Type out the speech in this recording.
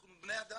אנחנו בני אדם